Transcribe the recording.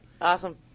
Awesome